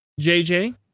jj